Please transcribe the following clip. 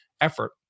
effort